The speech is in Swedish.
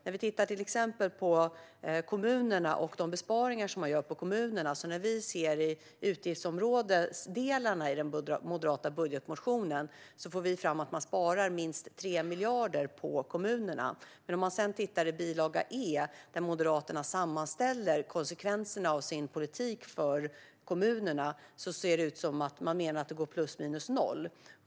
När vi tittar till exempel på kommunerna och de besparingar man gör där - när vi ser utgiftsområdesdelarna i den moderata budgetmotionen - får vi fram att man sparar minst 3 miljarder på kommunerna. Om vi sedan tittar i bilaga E, där Moderaterna sammanställer sin politiks konsekvenser för kommunerna, ser det ut som att man menar att det går plus minus noll.